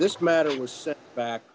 this matter was sent back